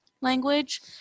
language